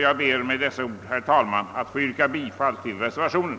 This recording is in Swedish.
Jag ber med dessa ord, herr talman, att få yrka bifall till reservationen.